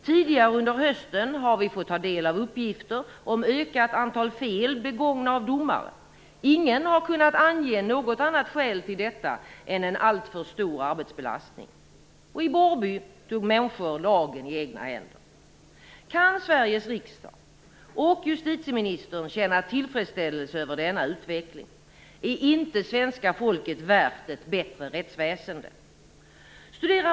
Tidigare under hösten har vi fått ta del av uppgifter om ett ökat antal fel begångna av domare. Ingen har kunnat ange något annat skäl till detta än en alltför stor arbetsbelastning. I Borrby tog människor lagen i egna händer. Kan Sveriges riksdag och justitieministern känna tillfredsställelse över denna utveckling? Är inte svenska folket värt ett bättre rättsväsende?